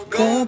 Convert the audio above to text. go